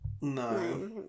No